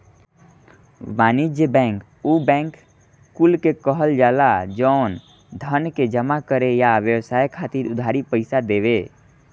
वाणिज्यिक बैंक उ बैंक कुल के कहल जाला जवन धन के जमा करे आ व्यवसाय खातिर उधारी पईसा देवे